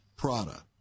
Prada